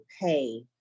pay